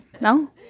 No